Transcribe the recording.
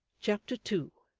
chapter two.